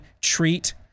treat